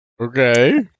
okay